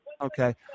Okay